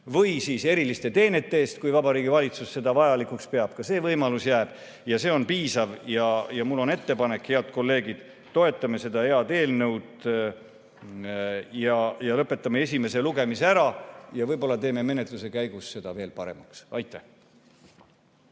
või eriliste teenete eest, kui Vabariigi Valitsus seda vajalikuks peab, ka see võimalus jääb. See on piisav. Mul on ettepanek, head kolleegid. Toetame seda head eelnõu, lõpetame esimese lugemise ära, ja võib-olla teeme menetluse käigus seda veel paremaks. ...